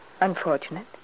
Unfortunate